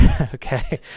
okay